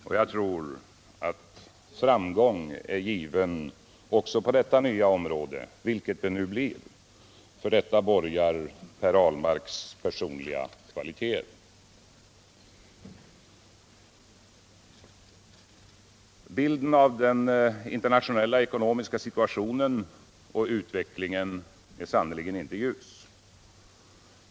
Och jag tror att framgången är given också på detta nya område, vilket det nu blir. För det borgar Per Ahlmarks personliga kvaliteter. — Bilden av den internationella ekonomiska situationen och utvecklingen är sannerligen inte ljus.